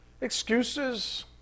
excuses